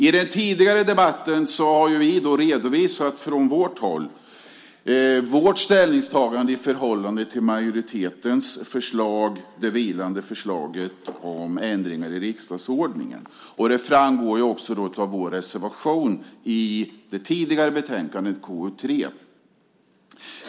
I den tidigare debatten har vi redovisat vårt ställningstagande i förhållande till majoritetens förslag, alltså det vilande förslaget om ändringar i riksdagsordningen, vilket också framgår av vår reservation till det tidigare betänkandet, KU3.